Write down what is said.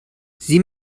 sieh